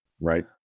right